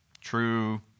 True